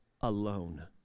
alone